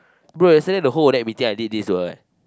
bro yesterday the whole of you think I did this for what